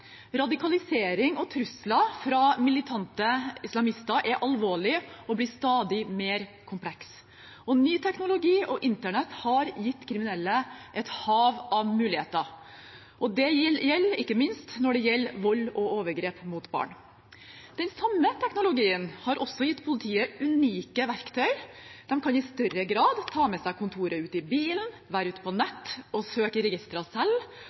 Radikalisering og trusler fra militante islamister er alvorlig og blir stadig mer komplekst, og ny teknologi og internett har gitt kriminelle et hav av muligheter. Det gjelder ikke minst vold og overgrep mot barn. Den samme teknologien har også gitt politiet unike verktøy. De kan i større grad ta med seg kontoret ut i bilen, være ute på nett og søke i registrene selv